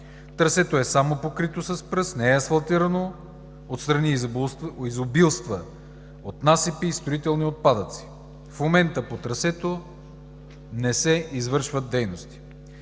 Трасето е само покрито с пръст, не е асфалтирано, отстрани изобилства от насипи и строителни отпадъци. В момента по трасето не се извършват дейности.